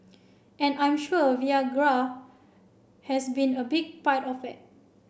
and I'm sure Viagra has been a big part of it